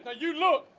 ah you look.